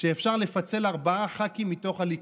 שאפשר לפצל ארבעה ח"כים מתוך הליכוד.